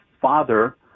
father